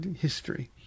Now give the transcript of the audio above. history